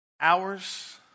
hours